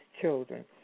children